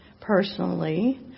personally